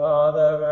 Father